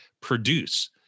produce